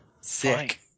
Sick